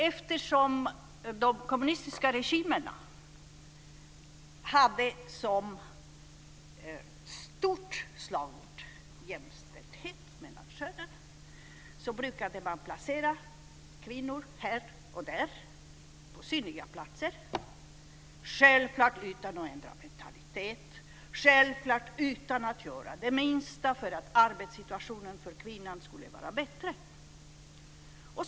Eftersom de kommunistiska regimerna hade jämställdhet mellan könen som ett stort slagord brukade man placera kvinnor här och där på synliga platser - självklart utan att ändra mentalitet, självklart utan att göra det minsta för att arbetssituationen för kvinnan skulle vara bättre.